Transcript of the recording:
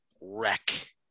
Wreck